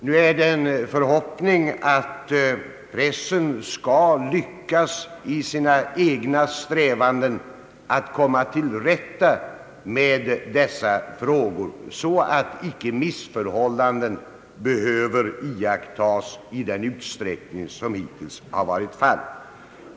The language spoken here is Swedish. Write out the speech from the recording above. Nu är det en förhoppning att pressen skall lyckas i sina egna strävanden att komma till rätta med dessa frågor, så att missförhållanden icke behöver iakttas i den utsträckning som hittills har varit fallet.